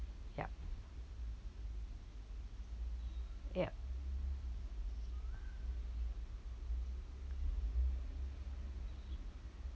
yup yup